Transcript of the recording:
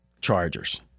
Chargers